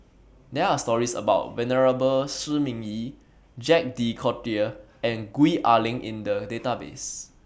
There Are stories about Venerable Shi Ming Yi Jacques De Coutre and Gwee Ah Leng in The Database